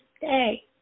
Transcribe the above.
day